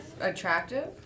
attractive